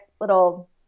little